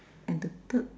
and then the third